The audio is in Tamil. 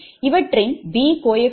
இவற்றின் B குணக மான 11 0